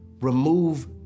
remove